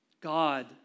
God